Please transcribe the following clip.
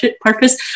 purpose